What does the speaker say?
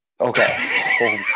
Okay